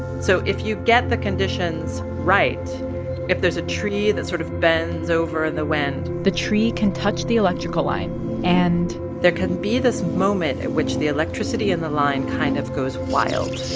so if you get the conditions right if there's a tree that sort of bends over in the wind. the tree can touch the electrical line and there can be this moment at which the electricity in the line kind of goes wild